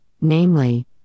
namely